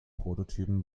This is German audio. prototypen